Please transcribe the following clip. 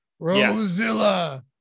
Rosilla